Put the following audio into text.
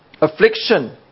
affliction